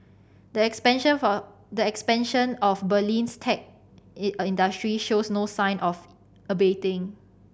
the the expansion of Berlin's tech industry shows no sign of abating